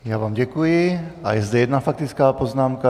Já vám děkuji a je zde jedna faktická poznámka.